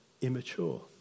immature